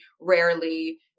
rarely